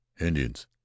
Indians